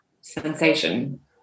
sensation